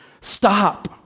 stop